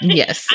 yes